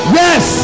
yes